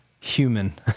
human